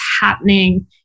happening